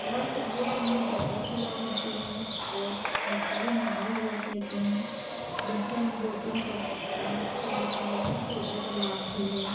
बहुत सुंदर सुंदर बत्तख हुआ करती है और बहुत सारी नाव हुआ करती हैं जिनसे हम बोटिंग कर सकते हैं और भोपाल में छोटा तालाब भी है